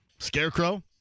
Scarecrow